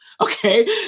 Okay